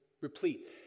replete